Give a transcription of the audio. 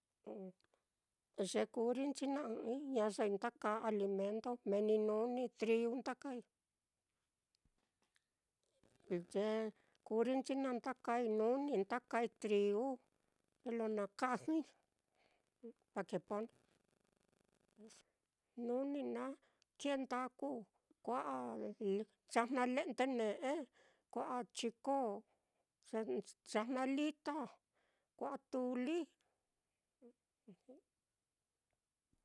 Ye kurrinchi naá ɨ́ɨ́n ɨ́ɨ́n-i ñayoi nda kaa alimento, meeni nuni, trigu nda kaai, ye kurrinchi naá nda kaai nuni nda kaai trigu, lo na kajɨi, pa que ponga, nuni naá kee ndaku, kua'a, yajna le'nde ne'e, kua'a chiko, ya-yajna lita, kua'a tuli.